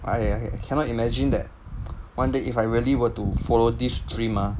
I cannot imagine that one day if I really were to follow this dream ah